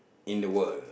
in the world